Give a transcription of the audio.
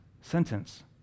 sentence